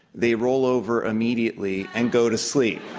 they roll over immediately and go to sleep.